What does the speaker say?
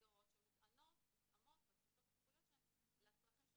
ומסגרות שמותאמות בתפיסות הטיפוליות שלהם לצרכים של